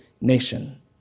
nation